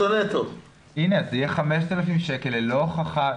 יהיה 5,000 שקל ללא הוכחה,